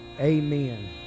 Amen